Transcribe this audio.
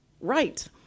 right